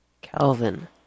Calvin